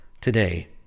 today